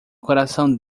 coração